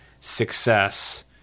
success